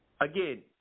again